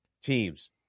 teams